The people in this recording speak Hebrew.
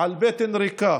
על בטן ריקה,